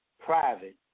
private